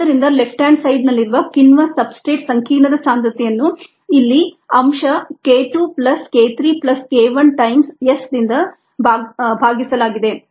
ಆದ್ದರಿಂದ left hand side ನಲ್ಲಿರುವ ಕಿಣ್ವ ಸಬ್ಸ್ಟ್ರೇಟ್ ಸಂಕೀರ್ಣದ ಸಾಂದ್ರತೆಯನ್ನು ಇಲ್ಲಿ ಅಂಶ k 2 plus k 3 plus k 1 times S ನಿಂದ ಭಾಗಿಸಲಾಗಿದೆ